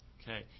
Okay